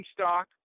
stock